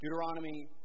Deuteronomy